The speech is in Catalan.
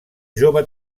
jove